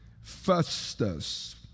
Festus